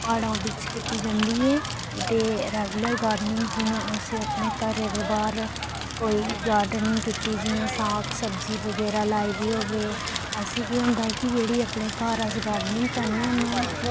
प्हाड़ें बिच कीती जंदी ऐ ते रेगुलर गार्डनिंग जि'यां असी अपने घरे दे बाह्र कोई गार्डनिंग कीती जि'यां साग सब्जी बगैरा लाई दी होऐ असें केह् होंदा कि जेह्ड़ी अपने घर अस गार्डनिंग करने होन्ने आं